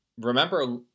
Remember